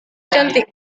cantik